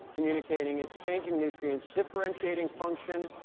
communicating, exchanging nutrients, differentiating function.